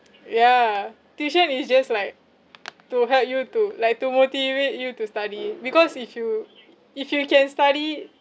yeah tuition is just like to help you to like to motivate you to study because if you if you can study